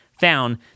found